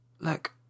Look